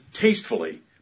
tastefully